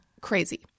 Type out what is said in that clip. Crazy